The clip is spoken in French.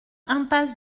impasse